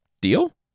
Deal